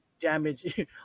damage